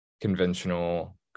conventional